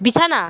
বিছানা